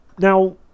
Now